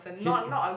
he